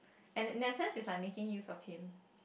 and in that sense is like making use of him